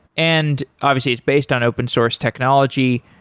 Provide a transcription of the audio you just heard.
and obviously it's based on open source technology,